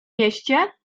mieście